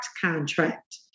contract